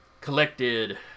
Collected